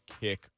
kick